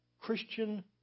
Christian